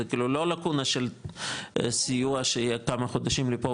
זה לא לקונה של סיוע של כמה חודשים לפה,